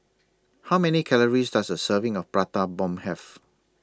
How Many Calories Does A Serving of Prata Bomb Have